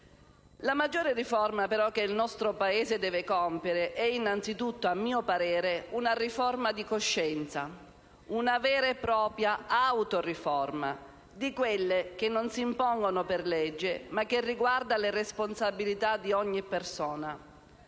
la maggiore riforma che il nostro Paese deve compiere è, innanzitutto, a mio parere, una riforma di coscienza; una vera e propria autoriforma, di quelle che non si impongono per legge, ma che riguardano le responsabilità di ogni persona.